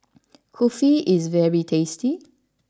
Kulfi is very tasty